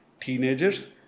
teenagers